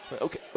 Okay